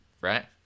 right